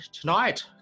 tonight